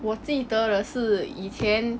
我记得的是以前